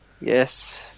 Yes